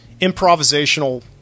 improvisational